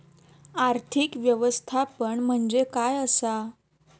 आर्थिक व्यवस्थापन म्हणजे काय असा?